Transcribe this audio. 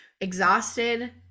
exhausted